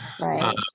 Right